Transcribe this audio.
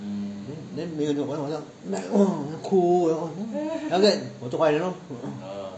then then 哭 then after that 我做坏人 lor